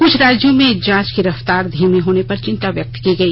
कुछ राज्यों में जांच की रफ्तार धीमी होने पर चिंता व्यक्त की गई